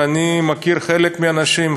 ואני מכיר חלק מהאנשים,